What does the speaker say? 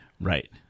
Right